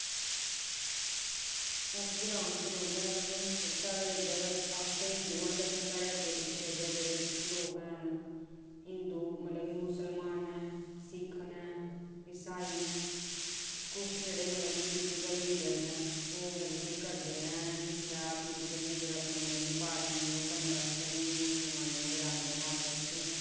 अस ग्रांऽ च रौह्ने आह्ले आं साढ़े जादै इत्थें हिंदु आं पर साढ़े अग्गें पिच्छें दे जेह्ड़े कुछ लोग हैन हिंदु न मतलब मुसलमान न सिक्ख न ईसाई न कुछ जेह्ड़े मतलब कि पॉलिटिकल लीडर न ओह् पता केह् करदे न जिसलै पॉलिटिकल लीडर मतलब कि अपनी पार्टियें ई आस्तै हिंदु मुस्लिम गी लड़ांदे न आपस बिच्चें